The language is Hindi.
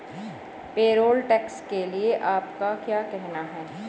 पेरोल टैक्स के लिए आपका क्या कहना है?